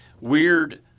weird